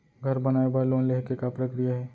घर बनाये बर लोन लेहे के का प्रक्रिया हे?